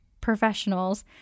professionals